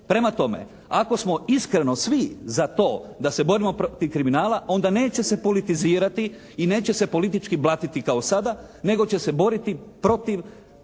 Prema tome ako smo iskreno svi za to da se borimo protiv kriminala onda neće se politizirati i neće se politički blatiti kao sada nego će se boriti protiv kriminala